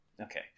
Okay